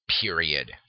Period